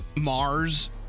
Mars